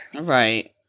right